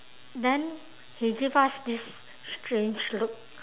then he give us this strange look